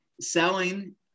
selling